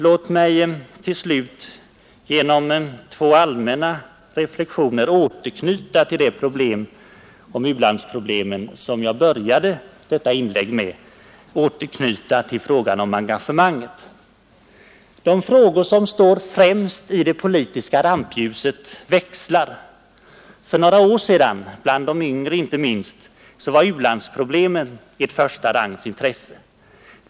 Låt mig till slut genom två allmänna reflexioner återknyta till det u-landsproblem som jag började mitt inlägg med, frågan om engagemanget. De frågor som står främst i det politiska rampljuset växlar. För några år sedan var, inte minst bland de yngre, u-landsproblemen ett förstarangsintresse.